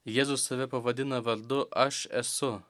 jėzus save pavadina vardu aš esu